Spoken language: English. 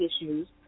issues